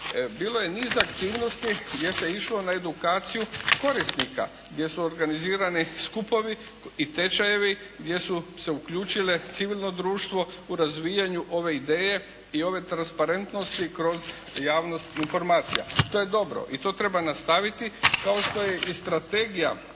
bilo je niz aktivnosti gdje se išlo na edukaciju korisnika, gdje su organizirani skupovi i tečajevi, gdje su se uključile civilno društvo u razvijanju ove ideje i ove transparentnosti kroz javnost informacija. To je dobro i to treba nastaviti kao što je i strategija,